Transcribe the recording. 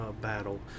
Battle